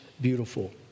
beautiful